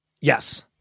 Yes